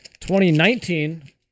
2019